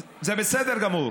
זה בסדר גמור